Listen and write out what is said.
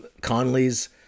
Conley's